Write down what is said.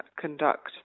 conduct